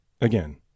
again